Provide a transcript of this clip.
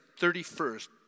31st